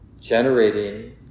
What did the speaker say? generating